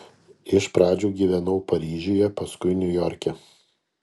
iš pradžių gyvenau paryžiuje paskui niujorke